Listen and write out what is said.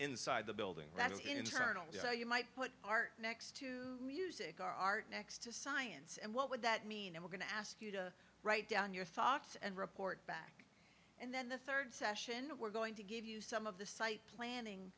the building that is internal you might put art next to use ecarte next to science and what would that mean i'm going to ask you to write down your thoughts and report back and then the third session we're going to give you some of the site planning